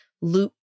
loop